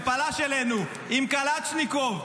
שפלש אלינו עם קלצ'ניקוב,